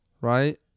right